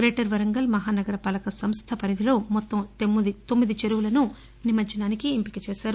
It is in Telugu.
గ్రేటర్ వరంగల్ మహానగర పాలక సంస్ట పరిధిలో మొత్తం తొమ్మిది చెరువులను నిమజ్జనానికి ఎంపిక చేశారు